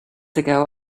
ago